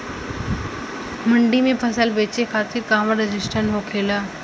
मंडी में फसल बेचे खातिर कहवा रजिस्ट्रेशन होखेला?